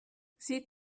sie